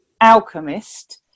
alchemist